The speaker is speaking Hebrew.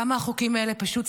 כמה החוקים האלה פשוט,